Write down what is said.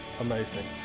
Amazing